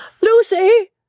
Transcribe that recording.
Lucy